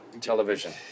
television